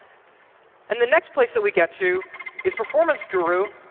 and the next place that we get to is performance guru,